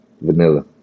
Vanilla